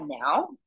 now